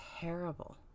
terrible